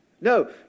No